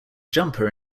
jumper